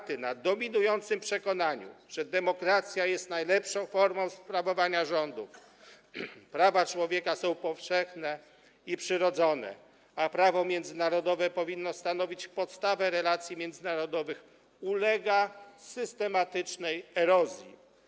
oparty na dominującym przekonaniu, że demokracja jest najlepszą formą sprawowania rządów, prawa człowieka są powszechne i przyrodzone, a prawo międzynarodowe powinno stanowić podstawę relacji międzynarodowych, ulega systematycznej erozji.